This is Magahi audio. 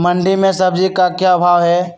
मंडी में सब्जी का क्या भाव हैँ?